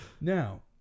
now